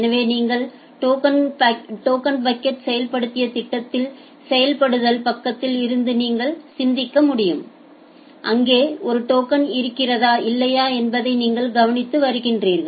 எனவே நீங்கள் token bucket செயல்படுத்திய திட்டத்தில் செயல்படுத்தல் பக்கத்தில் இருந்து நீங்கள் சிந்திக்க முடியும் அங்கே ஒரு டோக்கன் இருக்கிறதா இல்லையா என்பதை நீங்கள் கவனித்து வருகிறீர்கள்